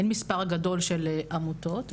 אין מספר גדול של עמותות,